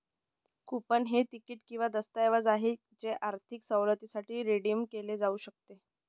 coupon हे तिकीट किंवा दस्तऐवज आहे जे आर्थिक सवलतीसाठी रिडीम केले जाऊ शकते